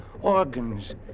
organs